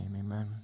amen